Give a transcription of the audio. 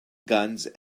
guns